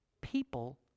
People